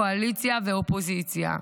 קואליציה ואופוזיציה.